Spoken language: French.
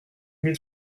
mille